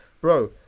bro